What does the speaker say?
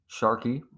Sharky